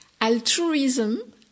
altruism